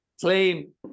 claim